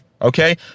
Okay